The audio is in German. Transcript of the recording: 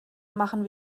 machen